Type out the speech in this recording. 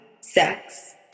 sex